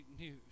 news